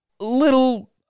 Little